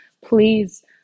please